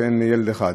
שאין רק ילד אחד.